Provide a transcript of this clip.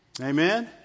Amen